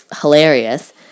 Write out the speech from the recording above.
hilarious